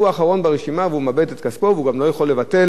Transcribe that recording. הוא גם לא יכול לבטל את העסקה שהוא עשה,